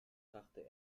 brachte